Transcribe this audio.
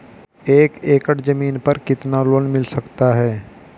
एक एकड़ जमीन पर कितना लोन मिल सकता है?